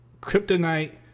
kryptonite